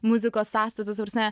muzikos sąstatas ta prasme